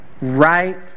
Right